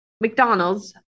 McDonald's